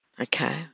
Okay